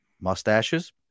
mustaches